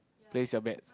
place your bets